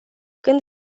când